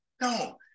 No